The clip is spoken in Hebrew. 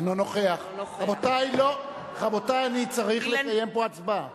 אינו נוכח רבותי, אני צריך לקיים פה הצבעה.